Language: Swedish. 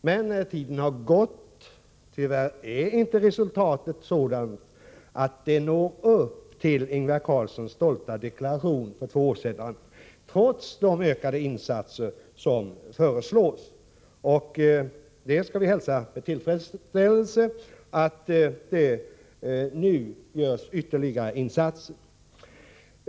Men tiden har gått och tyvärr är inte resultatet sådant att det når upp till Ingvar Carlssons stolta deklaration för två år sedan — trots de ökade insatser som föreslås. Vi hälsar de nya insatserna med tillfredsställelse.